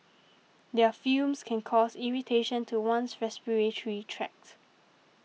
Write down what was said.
their fumes can cause irritation to one's respiratory tract